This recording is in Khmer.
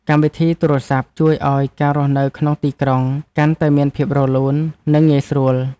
កម្មវិធីទូរសព្ទ ជួយឱ្យការរស់នៅក្នុងទីក្រុងកាន់តែមានភាពរលូន និងងាយស្រួល។